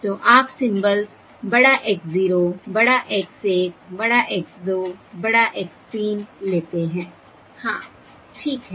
तो आप सिंबल्स बड़ा X 0 बड़ा X 1 बड़ा X 2 बड़ा X 3 लेते हैं हाँ ठीक है